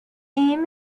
aim